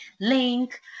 Link